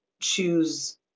choose